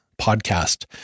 podcast